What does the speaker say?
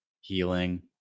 healing